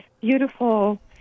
beautiful